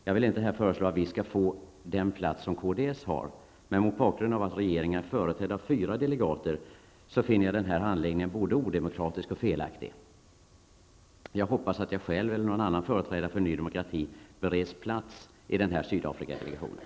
Jag vill inte här föreslå att vi skall få den plats som kds har, men mot bakgrund av att regeringen är företrädd med fyra delegater finner jag handläggningen både odemokratisk och felaktig. Jag hoppas att jag själv eller någon annan företrädare för Ny Demokrati bereds plats i Sydafrikadelegationen.